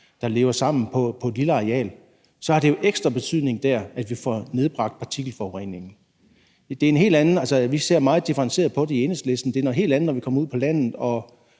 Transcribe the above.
der lever sammen på et lille areal, har det jo ekstra betydning der, at vi får nedbragt partikelforureningen. I Enhedslisten differentierer vi meget, når vi ser på det. Det er noget helt andet, når vi kommer ud på landet, og